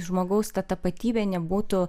žmogaus ta tapatybė nebūtų